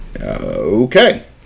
okay